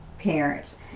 parents